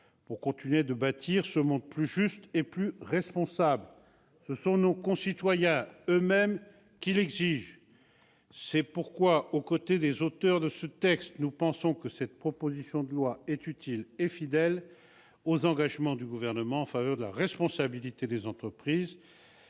pour continuer de bâtir un monde plus juste et plus responsable. Ce sont nos concitoyens eux-mêmes qui l'exigent ! C'est pourquoi, aux côtés de ses auteurs, nous pensons que cette proposition de loi est utile et fidèle aux engagements du Gouvernement en faveur de la responsabilité des entreprises.